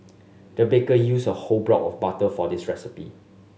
the baker used a whole block of butter for this recipe